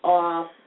off